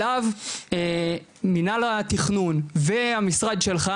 ועליו מינהל התכנון והמשרד שלך,